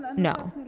but no.